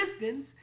distance